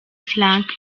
frank